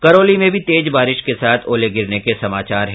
करौली में भी तेज बारिश के साथ ओले गिरने के समाचार है